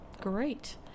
Great